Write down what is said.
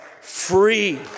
free